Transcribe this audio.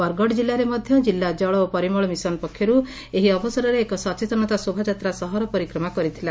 ବରଗଡ ଜିଲ୍ଲାରେ ମଧ ଜିଲ୍ଲା ଜଳ ଓ ପରିମଳ ମିଶନ ପକ୍ଷରୁ ଏହି ଅବସରରେ ଏକ ସଚେତନତା ଶୋଭାଯାତ୍ରା ସହର ପରିକ୍ରମା କରିଥିଲା